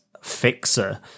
fixer